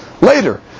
later